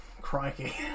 Crikey